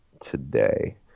today